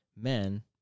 Men